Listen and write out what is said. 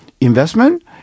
investment